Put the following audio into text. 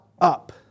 up